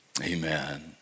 Amen